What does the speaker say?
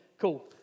Cool